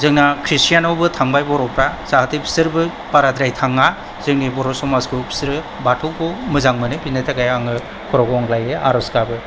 जोंना क्रिस्टियानावबो थांबाय बर'फ्रा जाहाथे बिसोरबो बाराद्राय थाङा जोंनि बर' समाजखौ बिसोरो बाथौखौ मोजां मोनो बेनि थाखाय आङो खर' गंग्लायै आर'ज गाबो